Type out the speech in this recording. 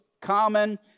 common